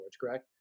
correct